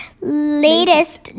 latest